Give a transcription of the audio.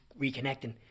reconnecting